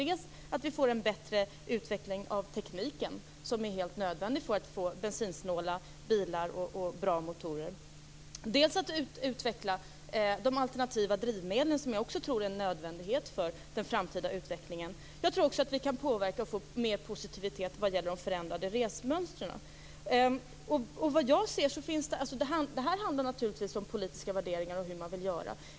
Det kan dels leda till att vi får en bättre utveckling av tekniken - vilket är helt nödvändigt för att vi skall få bensinsnåla bilar och bra motorer - dels till att vi utvecklar de alternativa drivmedlen, vilket jag också tror är en nödvändighet för den framtida utvecklingen. Jag tror också att vi kan påverka och förändra resmönstren positivt. Det handlar om politiska värderingar och hur man vill göra.